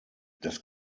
das